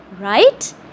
right